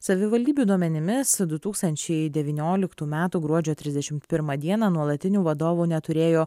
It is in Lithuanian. savivaldybių duomenimis du tūkstančiai devynioliktų metų gruodžio trisdešim pirmą dieną nuolatinių vadovų neturėjo